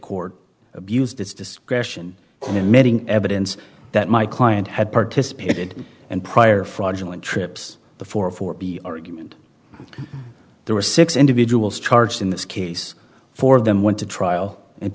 court abused its discretion in meeting evidence that my client had participated and prior fraudulent trips before for argument there were six individuals charged in this case four of them went to trial and